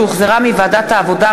שהוחזרה מוועדת העבודה,